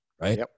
right